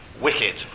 wicked